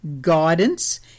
guidance